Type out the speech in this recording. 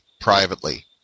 privately